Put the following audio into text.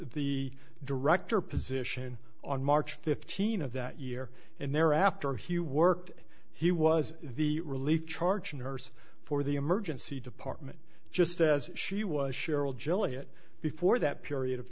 the director position on march fifteenth of that year and thereafter he worked he was the relief charge nurse for the emergency department just as she was cheryl gillett before that period of